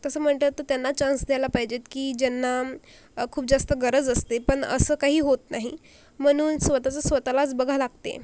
तसं म्हटलं तर त्यांना चान्स द्यायला पाहिजेत की ज्यांना खूप जास्त गरज असते पण असं काही होत नाही म्हणून स्वतःचं स्वतःलाच बघावं लागते